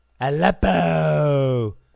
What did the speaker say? Aleppo